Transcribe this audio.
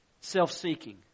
Self-seeking